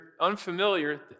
unfamiliar